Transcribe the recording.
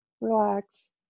Relax